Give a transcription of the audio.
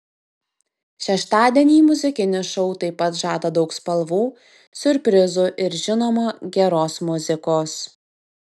šeštadienį muzikinis šou taip pat žada daug spalvų siurprizų ir žinoma geros muzikos